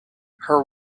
her